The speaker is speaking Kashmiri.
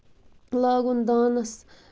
لاگُن دانَس